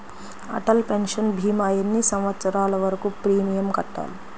Atal pension భీమా ఎన్ని సంవత్సరాలు వరకు ప్రీమియం కట్టాలి?